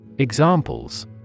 Examples